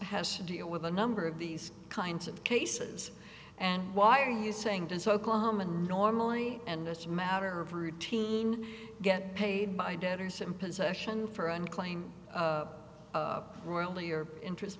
has to deal with a number of these kinds of cases and why are you saying does oklahoma normally and as a matter of routine get paid by debtors and possession for unclaimed royalty or interest